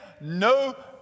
no